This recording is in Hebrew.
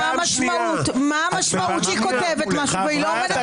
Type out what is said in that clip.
מה המשמעות שהיא כותבת משהו והיא לא עומדת